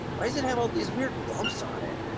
why does it have all these weird bumps on it?